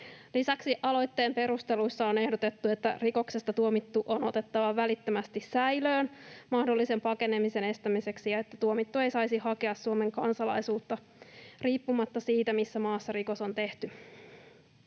Lisäksi aloitteen perusteluissa on ehdotettu, että rikoksesta tuomittu on otettava välittömästi säilöön mahdollisen pakenemisen estämiseksi ja että tuomittu ei saisi hakea Suomen kansalaisuutta riippumatta siitä, missä maassa rikos on tehty.